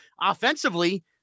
offensively